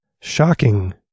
shocking